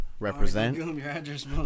represent